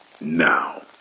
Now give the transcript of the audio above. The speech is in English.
now